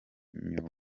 myuga